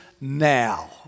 now